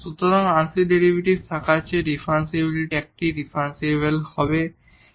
differentiability হল একটি ভিন্ন ধারনা যা শুধু আংশিক ডেরিভেটিভ এর মতো নয়